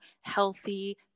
healthy